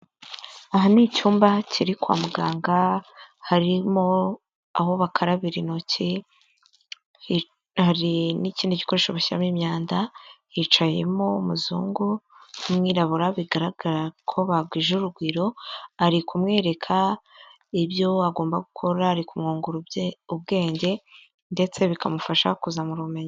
Aha ni icyumba kiri kwa muganga harimo aho bakarabira intoki hari n'ikindi gikoresho bashyiramo imyanda hicayemo umuzungu n'umwirabura bigaragara ko bagwije urugwiro ari kumwereka ibyo agomba gukora ari kumwungura ubwenge ndetse bikamufasha kuzamura ubumenyi.